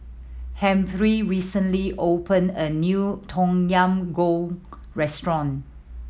Humphrey recently opened a new Tom Yam Goong restaurant